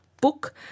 book